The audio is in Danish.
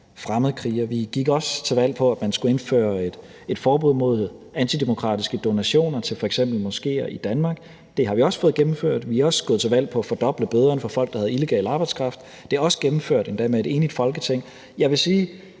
fremmedkrigere. Vi gik også til valg på, at man skulle indføre et forbud mod antidemokratiske donationer til f.eks. moskéer i Danmark, og det har vi også fået gennemført. Vi er også gået til valg på at fordoble bøderne for folk, der havde illegal arbejdskraft, og det er også gennemført, endda med et enigt Folketing. Jeg vil sige,